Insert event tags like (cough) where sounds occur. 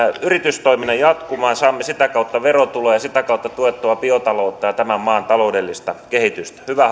yritystoiminnan jatkumaan saamme sitä kautta verotuloja ja sitä kautta tuettua biotaloutta ja tämän maan taloudellista kehitystä hyvä (unintelligible)